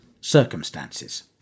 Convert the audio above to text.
circumstances